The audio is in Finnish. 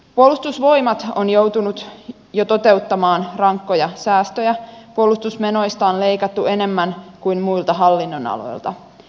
puolustusvoimat on joutunut jo toteuttamaan rankkoja säästöjä puolustusmenoista on leikattu enemmän kuin muilta hallinnonaloilta